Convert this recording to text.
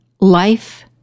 life